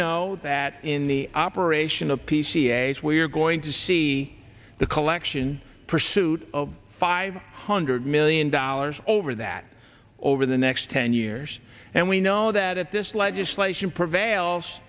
know that in the operation of p c s we're going to see the collection pursuit of five hundred million dollars over that over the next ten years and we know that at this legislation prevails